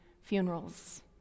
funerals